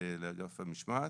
לאגף המשמעת.